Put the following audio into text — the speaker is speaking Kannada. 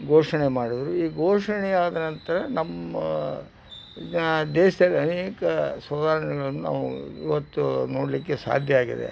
ಘೋಷಣೆ ಮಾಡಿದರು ಈ ಘೋಷಣೆಯಾದ ನಂತರ ನಮ್ಮ ದೇಶ್ದಲ್ಲಿ ಅನೇಕ ಸುಧಾರಣೆಗಳನ್ನು ನಾವು ಇವತ್ತು ನೋಡಲಿಕ್ಕೆ ಸಾಧ್ಯ ಆಗಿದೆ